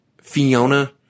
Fiona